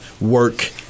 work